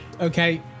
okay